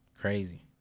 Crazy